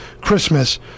Christmas